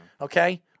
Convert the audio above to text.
Okay